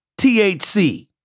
THC